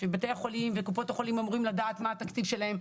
בתי החולים וקופות החולים אמורים לדעת מה התקציב שלהם.